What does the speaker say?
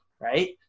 Right